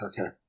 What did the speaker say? Okay